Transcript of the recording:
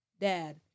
Dad